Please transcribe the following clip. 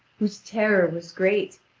whose terror was great,